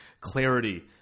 clarity